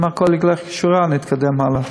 אם הכול ילך כשורה, נתקדם הלאה.